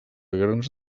grans